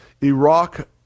Iraq